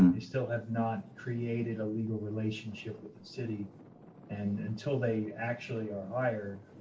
and they still have not created a legal relationship with the city and until they actually are hired,